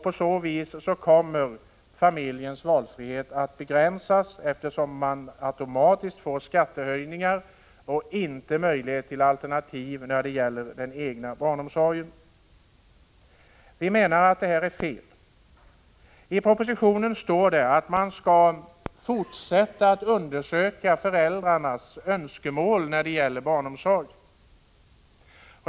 På så sätt kommer familjernas valfrihet att begränsas, eftersom de automatiskt får skattehöjningar och inte några möjligheter till alternativ när det gäller barnomsorgen. Detta är enligt vår mening felaktigt. I propositionen sägs att man skall fortsätta att undersöka föräldrarnas önskemål i fråga om barnomsorgen.